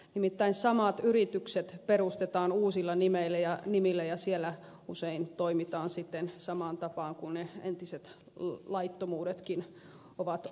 nimittäin samat yritykset perustetaan uusilla nimillä ja siellä usein toimitaan samaan tapaan laittomasti kuin entisissäkin